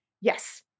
Yes